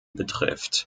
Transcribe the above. betrifft